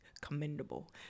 commendable